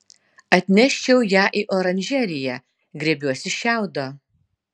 atneščiau ją į oranžeriją griebiuosi šiaudo